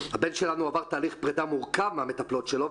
הבן שלנו עבר תהליך פרידה מורכב מהמטפלות שלו,